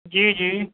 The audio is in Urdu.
جی جی